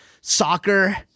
soccer